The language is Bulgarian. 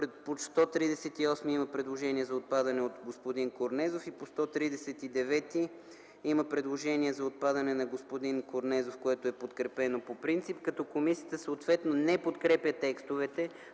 По § 138 има предложение за отпадане от господин Корнезов. По § 139 има предложение за отпадане от господин Корнезов, подкрепено по принцип. Комисията не подкрепя текстовете